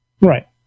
Right